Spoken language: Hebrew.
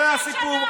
זה הסיפור.